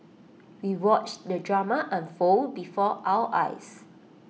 we watched the drama unfold before our eyes